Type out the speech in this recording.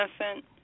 innocent